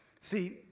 See